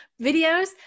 videos